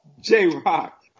J-Rock